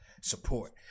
support